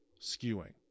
skewing